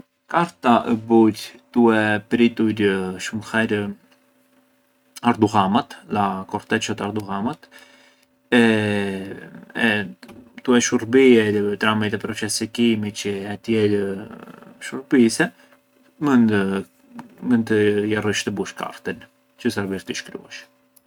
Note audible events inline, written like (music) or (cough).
Karta ë burë tue pritur shumë herë ardullamat, la corteccia të ardullamat e (hesitation) tue shurbier tramite processi chimici e tjerë shurbise mënd- mënd jarrësh të bush kartën, çë servir të shkruash.